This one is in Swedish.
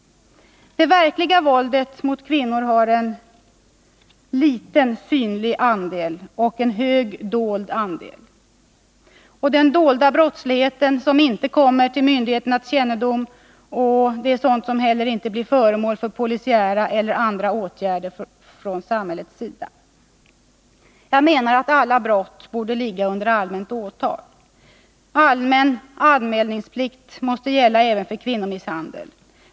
Det verkliga våldet mot kvinnor har en liten synlig andel och en hög dold andel, en dold brottslighet som inte kommer till myndigheternas kännedom och inte blir föremål för polisiära och andra åtgärder från samhället. Alla brott borde ligga under allmänt åtal. Allmän anmälningsplikt måste gälla även för kvinnomisshandel.